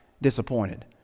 disappointed